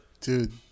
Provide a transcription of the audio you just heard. Dude